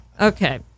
Okay